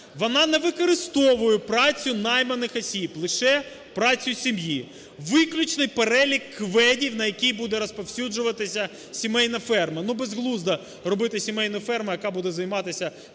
Вона не використовує працю найманих осіб, лише працю сім'ї, виключний перелік КВЕДів, на який буде розповсюджуватися сімейна ферма. Ну, безглуздо робити сімейну ферму, яка буде займатися,